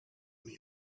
unió